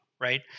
right